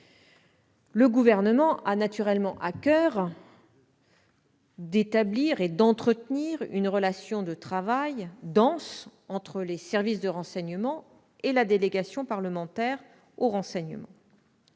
Le Gouvernement a naturellement à coeur d'établir et d'entretenir une relation de travail dense entre les services de renseignement et la délégation parlementaire au renseignement.